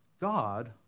God